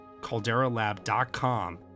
calderalab.com